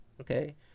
okay